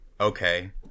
okay